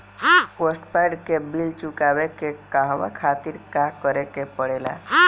Postpaid के bill चुकावे के कहवा खातिर का करे के पड़ें ला?